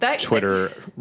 Twitter